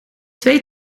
twee